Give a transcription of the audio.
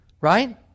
right